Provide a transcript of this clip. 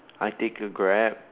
I take a Grab